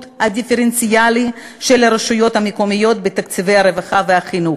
הדיפרנציאלי של הרשויות המקומיות בתקציבי הרווחה והחינוך,